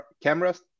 cameras